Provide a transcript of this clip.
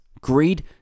greed